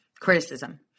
Criticism